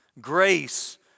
Grace